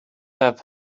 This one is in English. have